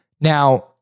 Now